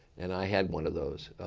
and i had one of those.